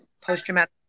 post-traumatic